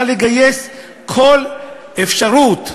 היא צריכה לגייס כל אפשרות,